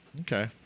Okay